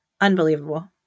Unbelievable